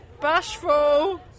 Bashful